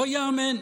לא ייאמן,